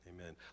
Amen